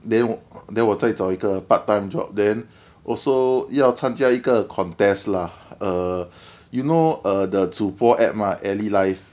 then 我 then 我在找一个 part time job then also 要参加一个 contest lah err you know err the 主播 app alley life